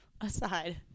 aside